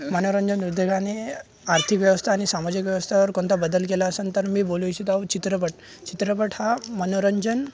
मनोरंजन उद्योगाने आर्थिक व्यवस्था आणि सामाजिक व्यवस्थेवर कोणता बदल केला असेन तर मी बोलू इच्छित आहे चित्रपट चित्रपट हा मनोरंजन